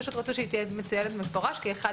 פשוט רצו שהיא תהיה מצוינת במפורש כאחד